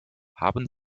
haben